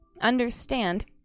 understand